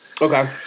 Okay